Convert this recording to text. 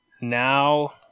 now